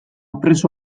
preso